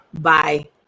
Bye